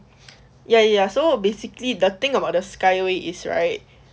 ya ya so uh basically the thing about the skyway is right